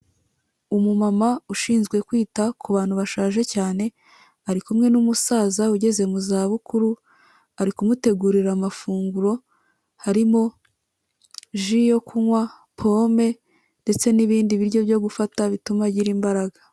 Umumama ushinzwe kwita ku bantu bashaje cyane ari kumwe n'umusaza ugeze mu zabukuru, ari kumutegurira amafunguro, harimo ji yo kunywa, pome ndetse n'ibindi biryo byo gufata bituma agira imbaraga.